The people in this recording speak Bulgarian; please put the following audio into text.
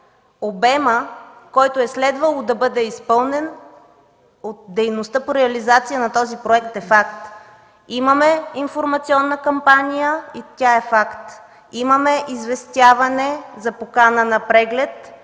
обемът, който е следвало да бъде изпълнен от дейността по реализация на този проект, е факт – имаме информационна кампания и тя е факт, имаме известяване за покана на преглед,